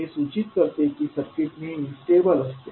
हे सूचित करते की सर्किट नेहमी स्टेबल असते